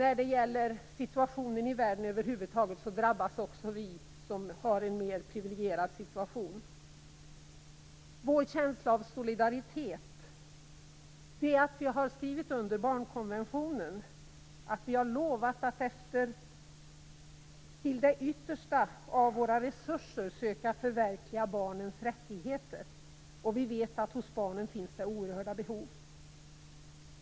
När det gäller situationen i världen över huvud taget drabbas också vi som har en mer privilegierad situation. Vår känsla av solidaritet är att vi har skrivit under barnkonventionen, att vi har lovat att till det yttersta av våra resurser söka förverkliga barnens rättigheter. Och vi vet att det hos barnen finns oerhörda behov.